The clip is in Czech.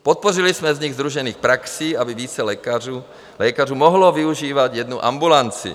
Podpořili jsme vznik sdružených praxí, aby více lékařů mohlo využívat jednu ambulanci.